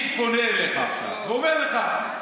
אני פונה אלייך עכשיו ואומר לך: